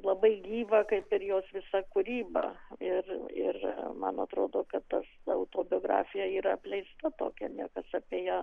labai gyva kaip ir jos visa kūryba ir ir man atrodo kad tas autobiografija yra apleista tokia niekas apie ją